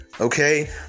Okay